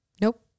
Nope